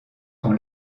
sont